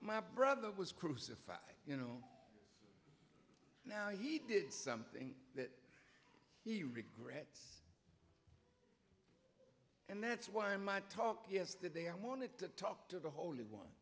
my brother was crucified you know now he did something that he regrets and that's why my talk yesterday i wanted to talk to the whole o